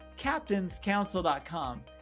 captainscouncil.com